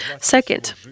Second